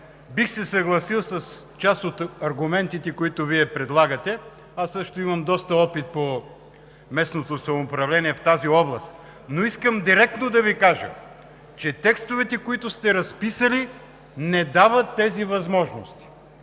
бих се съгласил с част от аргументите, които Вие предлагате. Аз също имам доста опит по местното самоуправление в тази област, но искам директно да Ви кажа, че текстовете, които сте разписали, не дават тези възможности.